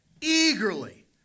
eagerly